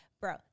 bro